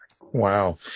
Wow